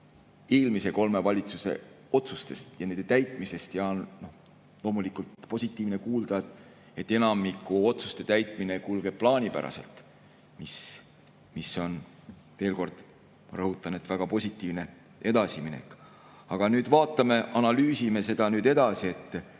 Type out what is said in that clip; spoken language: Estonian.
eelmise kolme valitsuse otsustest ja nende täitmisest. On loomulikult positiivne kuulda, et enamiku otsuste täitmine kulgeb plaanipäraselt, mis on, veel kord rõhutan, väga positiivne edasiminek. Vaatame, analüüsime nüüd edasi,